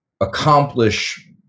accomplish